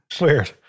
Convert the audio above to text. Weird